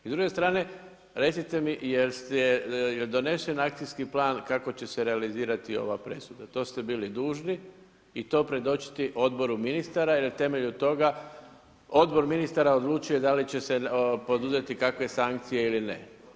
I s druge strane recite mi jel donesen akcijski plan kako će se realizirati ova presuda, to ste bili dužni i to predočiti Odboru ministara jel na temelju toga Odbor ministara odlučuje da li će se poduzeti kakve sankcije ili ne.